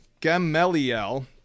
Gamaliel